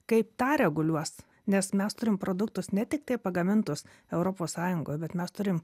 kaip tą reguliuos nes mes turim produktus ne tiktai pagamintus europos sąjungoj bet mes turim